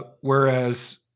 Whereas